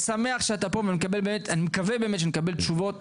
אני שמח שאתה פה ואני מקווה שנקבל תשובות,